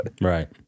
Right